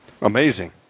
Amazing